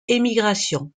émigration